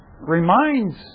reminds